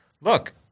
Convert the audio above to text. Look